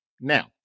Now